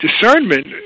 discernment